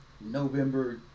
November